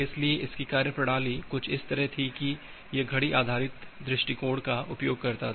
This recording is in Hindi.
इसलिए इसकी कार्यप्रणाली कुछ इस तरह थी की यह घड़ी आधारित दृष्टिकोण का उपयोग करता था